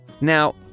Now